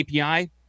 API